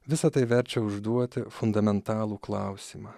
visa tai verčia užduoti fundamentalų klausimą